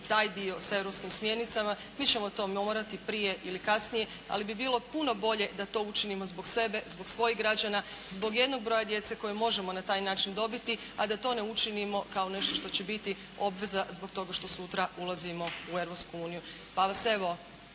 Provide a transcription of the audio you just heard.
taj dio sa europskim smjernicama. Mi ćemo to morati prije ili kasnije ali bi bilo puno bolje da to učinimo zbog sebe, zbog svojih građana, zbog jednog broja djece koje možemo na taj način dobiti a da to ne učinimo kao nešto što će biti obveza zbog toga što sutra ulazimo u Europsku uniju. Pa vas evo